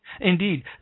Indeed